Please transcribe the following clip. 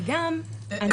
וגם --- אני